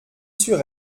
sur